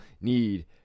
need